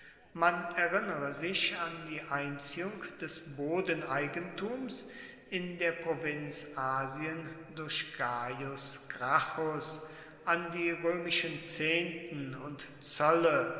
man erinnere sich an die einziehung des bodeneigentums in der provinz asien durch gaius gracchus an die römischen zehnten und zölle